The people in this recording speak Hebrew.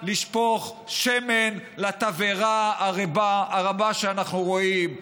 לשפוך שמן לתבערה הרבה שאנחנו רואים.